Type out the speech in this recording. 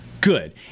Good